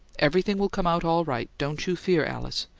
everything will come out all right don't you fear, alice.